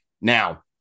Now